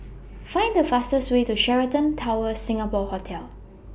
Find The fastest Way to Sheraton Towers Singapore Hotel